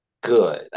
good